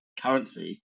currency